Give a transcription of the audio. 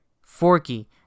Forky